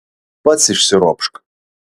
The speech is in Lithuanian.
pats išsiropšk